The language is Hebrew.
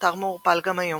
נותר מעורפל גם היום.